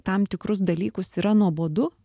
tam tikrus dalykus yra nuobodu